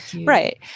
Right